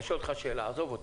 אני שואל אותך שאלה: מה לדעתך,